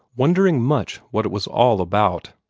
wondering much what it was all about.